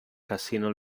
casino